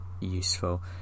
useful